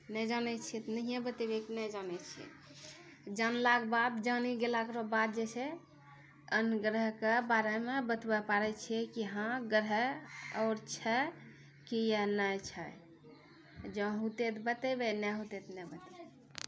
नहि जानै छियै तऽ नहिए बतेबै नहि जानै छियै जानलाके बाद जानि गेलारे बाद जे छै अन्य ग्रहके बारेमे बताबय पड़ै छियै कि हँ ग्रह आओर छै कि या नहि छै जँ होतै तऽ बतेबै नहि होतै तऽ नहि बतेबै